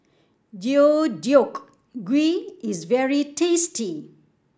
Deodeok Gui is very tasty